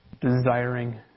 desiring